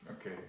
Okay